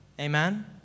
Amen